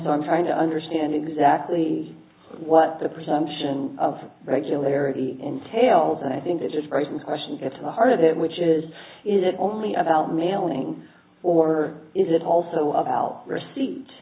so i'm trying to understand exactly what the presumption of regularity entails and i think it just raises questions get to the heart of it which is is it only about mailing order is it also about receipt